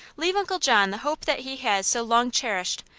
leave uncle john the hope that he has so long cherished.